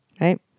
right